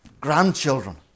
grandchildren